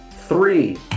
three